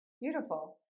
Beautiful